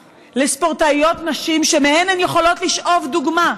לספורטאיות נשים שמהן הן יכולות לשאוב דוגמה.